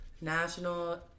National